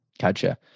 Gotcha